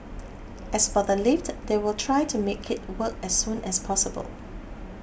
as for the lift they will try to make it work as soon as possible